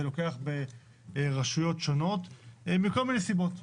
לוקח ברשויות שונות מכל מיני סיבות.